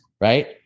Right